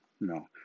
no